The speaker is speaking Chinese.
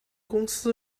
公司